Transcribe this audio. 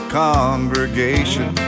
congregation